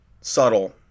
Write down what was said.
subtle